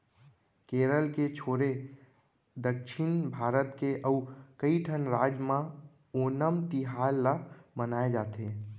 केरल के छोरे दक्छिन भारत के अउ कइठन राज म ओनम तिहार ल मनाए जाथे